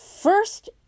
First